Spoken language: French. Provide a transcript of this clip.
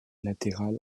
latérales